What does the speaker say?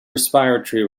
respiratory